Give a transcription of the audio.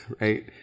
right